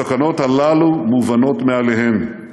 הסכנות הללו מובנות מאליהן,